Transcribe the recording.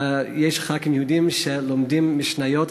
יש ח"כים יהודים שלומדים משניות.